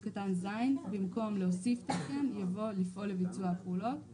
הפעולות" ובמקום "להוספת תקן" יבוא "לביצוע הפעולות";